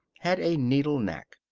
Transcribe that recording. had a needle knack.